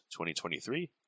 2023